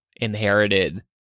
inherited